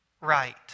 right